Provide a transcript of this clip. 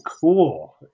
cool